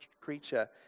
creature